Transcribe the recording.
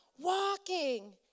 Walking